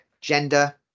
gender